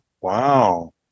Wow